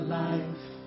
life